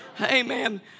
Amen